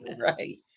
Right